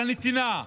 על הנתינה.